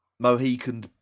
Mohican